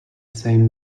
same